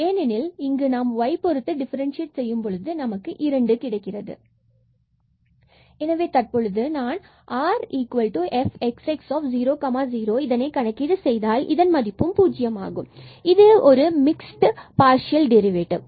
ஏனெனில் இங்கு நாம் y பொருத்து டிஃபரண்சியேட் செய்யும் பொழுது நமக்கு இரண்டு கிடைக்கிறது எனவே தற்பொழுது நான் rfxx00 இதனை கணக்கீடு செய்தால் இதன் மதிப்பு பூஜ்யம் ஆகும் என்பது ஒரு மிக்ஸ்டு பார்சியல் டெரிவேட்டிவ்